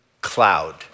cloud